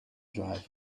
driver